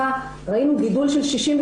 אני מסיים.